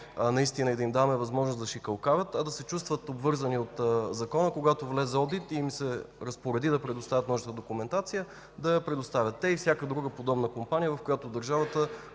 разсъждаваме и да им даваме възможност да шикалкавят, а да се чувстват обвързани от закона, когато влезе одит и им се разпореди да предоставят нужната документация, да я предоставят. Те и всяка друга подобна компания, в която държавата